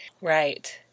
Right